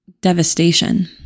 devastation